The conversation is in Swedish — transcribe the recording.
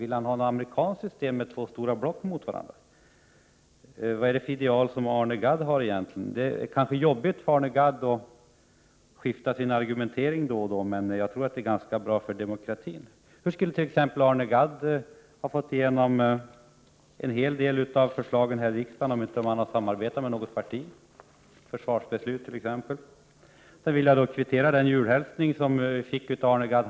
Vill han ha ett amerikanskt system med två stora block mot varandra? Det är kanske jobbigt för Arne Gadd att behöva argumentera åt flera håll, men jag tror att det är ganska bra för demokratin. Hur stor del av sina förslag här i riksdagen skulle Arne Gadd t.ex. ha fått igenom, om han inte hade samarbetat med något annat parti, såsom t.ex. vid försvarsuppgörelsen? Jag vill kvittera den julhälsning som jag fick av Arne Gadd.